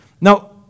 Now